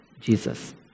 Jesus